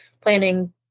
planning